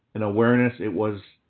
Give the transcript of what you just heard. in awareness it was,